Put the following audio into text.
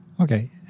Okay